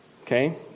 Okay